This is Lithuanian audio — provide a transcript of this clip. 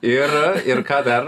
ir ir ką dar